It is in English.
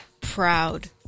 proud